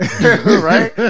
Right